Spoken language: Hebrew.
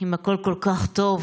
אם הכול כל כך טוב,